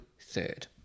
third